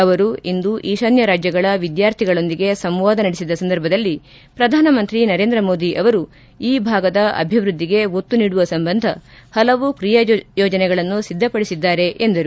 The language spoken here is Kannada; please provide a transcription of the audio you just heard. ಅವರು ಇಂದು ಈಶಾನ್ನ ರಾಜ್ಯಗಳ ವಿದ್ಲಾರ್ಥಿಗಳೊಂದಿಗೆ ಸಂವಾದ ನಡೆಸಿದ ಸಂದರ್ಭದಲ್ಲಿ ಪ್ರಧಾನಮಂತ್ರಿ ನರೇಂದ್ರ ಮೋದಿ ಅವರು ಈ ಭಾಗದ ಅಭಿವೃದ್ದಿಗೆ ಒತ್ತು ನೀಡುವ ಸಂಬಂಧ ಹಲವು ಕ್ರಿಯಾ ಯೋಜನೆಗಳನ್ನು ಸಿದ್ಧಪಡಿಸಿದ್ದಾರೆ ಎಂದರು